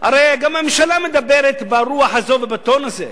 הרי גם הממשלה מדברת ברוח הזאת ובטון הזה,